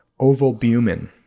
ovalbumin